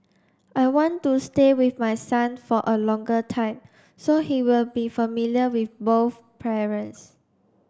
I want to stay with my son for a longer time so he will be familiar with both parents